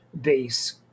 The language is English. base